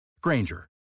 Granger